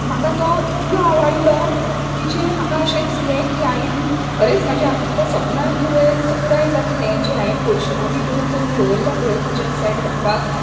म्हाका तो इतलो आवडलो की जें म्हाका अशें दिसले की हायेन खरेंच म्हजें आता सपनाय पुरय पुराय जातलें जें हायेन पयशे लागी करुन करुन दोवरल्या पळय किचन सेट हाडपाक